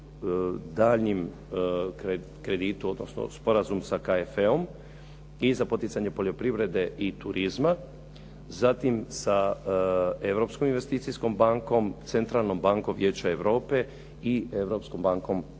daljnjim kreditom, odnosno sporazum sa KFE-om i za poticanje poljoprivrede i turizma, zatim sa Europskom investicijskom bankom, Centralnom bankom Vijeća Europe i Europskom bankom